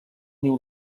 niu